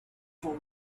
for